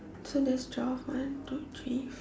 so there's twelve one two three